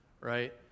right